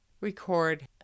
record